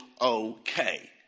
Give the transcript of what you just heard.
okay